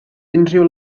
unrhyw